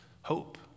hope